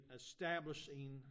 establishing